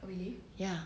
ya